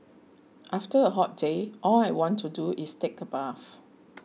after a hot day all I want to do is take a bath